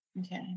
Okay